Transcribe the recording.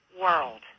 world